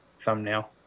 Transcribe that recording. thumbnail